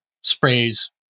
sprays